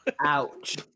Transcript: Ouch